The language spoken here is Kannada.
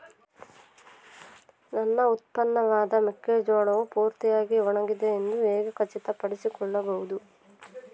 ನನ್ನ ಉತ್ಪನ್ನವಾದ ಮೆಕ್ಕೆಜೋಳವು ಪೂರ್ತಿಯಾಗಿ ಒಣಗಿದೆ ಎಂದು ಹೇಗೆ ಖಚಿತಪಡಿಸಿಕೊಳ್ಳಬಹುದು?